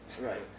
Right